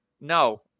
No